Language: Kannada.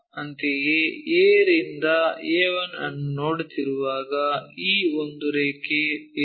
ಅಂತೆಯೇ A ರಿಂದ A 1 ಅನ್ನು ನೋಡುತ್ತಿರುವಾಗ ಈ ಒಂದು ರೇಖೆ ಇದೆ